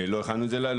לא הכנתי את זה להיום.